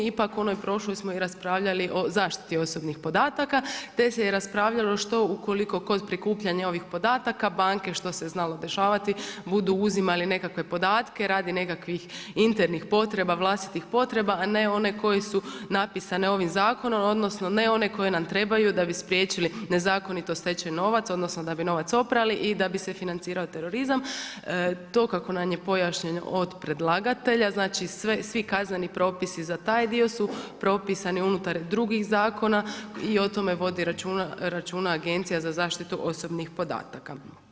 Ipak u onoj prošloj smo i raspravljali o zaštiti osobnih podataka te se raspravljalo što ukoliko kod prikupljanja ovih podataka, banke što se znalo dešavati, budu uzimale nekakve podatke radi nekakvih internih potreba, vlastitih potreba, a ne one koje su napisane ovim zakonom odnosno ne one koje nam trebaju da bi spriječili nezakonito stečen novac, odnosno da bi novac oprali i da bi se financirao terorizam, to kako nam je pojašnjeno od predlagatelja, znači svi kazneni propisi za taj dio su propisani unutar drugih zakona i o tome vodi računa Agencija za zaštitu osobnih podataka.